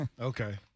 Okay